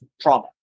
trauma